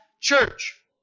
church